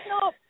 no